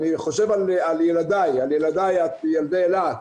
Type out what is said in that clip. אני חושב על ילדיי, על ילדי אילת.